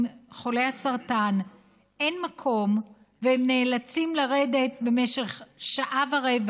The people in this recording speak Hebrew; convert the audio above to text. חולי הסרטן אין מקום והם נאלצים לרדת במשך שעה ורבע